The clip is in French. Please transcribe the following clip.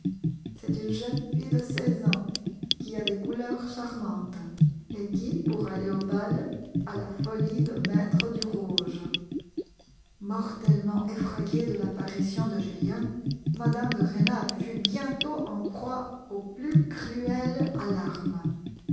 c'est une jeune fille de seize ans qui a des couleurs charmantes et qui pour aller au bal a la folie de mettre du rouge mortellement effrayée de l'apparition de julien mme de rênal fut bientôt en proie aux plus cruelles alarmes